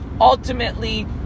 ultimately